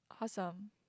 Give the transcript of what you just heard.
awesome